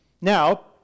Now